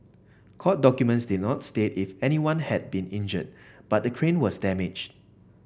court documents did not state if anyone had been injured but the crane was damaged